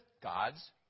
God's